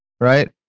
right